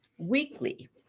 weekly